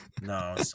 No